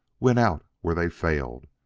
win out where they failed,